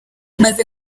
maze